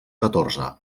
catorze